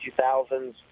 2000s